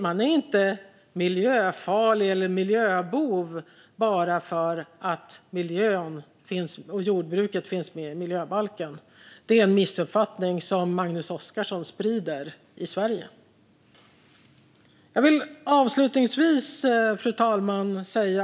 Man agerar inte miljöfarligt eller är en miljöbov bara för att jordbruket finns med i miljöbalken. Det är en missuppfattning som Magnus Oscarsson sprider i Sverige. Fru talman!